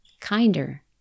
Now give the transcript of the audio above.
Kinder